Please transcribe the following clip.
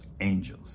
Angels